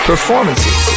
Performances